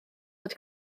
fod